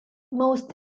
most